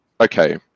okay